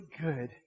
good